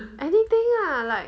anything lah like